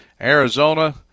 Arizona